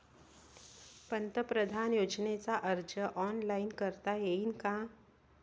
पंतप्रधान योजनेचा अर्ज ऑनलाईन करता येईन का?